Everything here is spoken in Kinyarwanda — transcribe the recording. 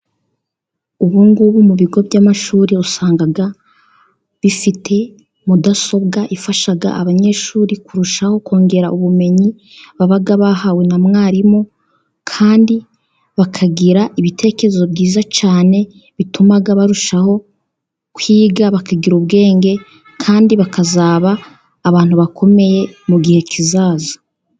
Ubu ngubu mu bigo by'amashuri usanga bifite mudasobwa , ifasha abanyeshuri kurushaho kongera ubumenyi baba bahawe na mwarimu kandi bakagira ibitekerezo byiza cyane, bituma barushaho kwiga bakagira ubwenge kandi bakazaba abantu bakomeye mu gihe kizaza.